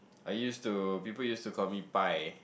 I used to people used to call me Pai